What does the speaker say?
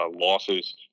losses